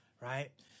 Right